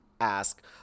Ask